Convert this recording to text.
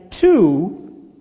two